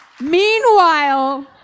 Meanwhile